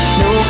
no